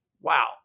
wow